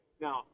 Now